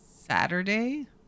Saturday